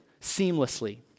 seamlessly